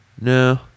No